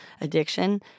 addiction